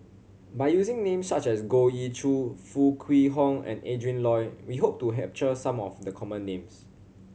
by using names such as Goh Ee Choo Foo Kwee Horng and Adrin Loi we hope to capture some of the common names